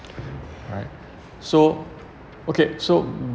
alright so okay so